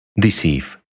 deceive